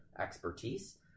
expertise